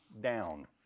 down